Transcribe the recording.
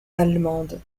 allemande